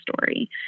story